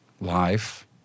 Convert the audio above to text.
life